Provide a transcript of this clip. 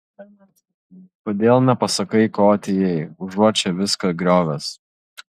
kodėl nepasakai ko atėjai užuot čia viską griovęs